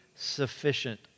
sufficient